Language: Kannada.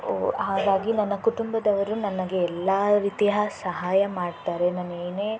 ಓ ಹಾಗಾಗಿ ನನ್ನ ಕುಟುಂಬದವರು ನನಗೆ ಎಲ್ಲ ರೀತಿಯ ಸಹಾಯ ಮಾಡ್ತಾರೆ ನಾನು ಏನೇ